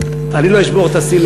אני לעולם לא אשבור את השיא,